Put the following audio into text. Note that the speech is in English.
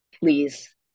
please